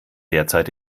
derzeit